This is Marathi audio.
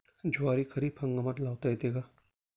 ज्वारी खरीप हंगामात लावता येते का?